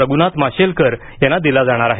रघुनाथ माशेलकर यांना दिला जाणार आहे